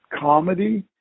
comedy